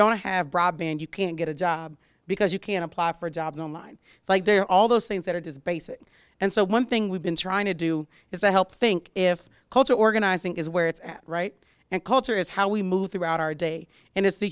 don't have broadband you can't get a job because you can apply for jobs online like they're all those things that are just basic and so one thing we've been trying to do is to help think if culture organizing is where it's at right now culture is how we move throughout our day and it's the